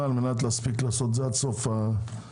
כדי להספיק לעשות זאת עד סוף המושב,